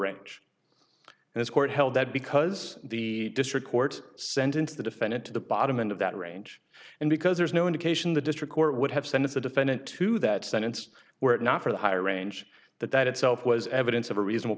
range and this court held that because the district court sentenced the defendant to the bottom end of that range and because there's no indication the district court would have said if the defendant to that sentence were not for the higher range that that itself was evidence of a reasonable